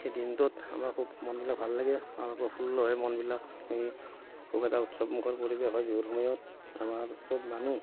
এই দিনটোত আমাৰ খুব মনবিলাক ভাল লাগে আমাৰ প্ৰফুল্ল হয় মনবিলাক আমি খুব এটা উৎসৱমুখৰ পৰিৱেশ হয় বিহুৰ সময়ত আমাৰ চব মানুহ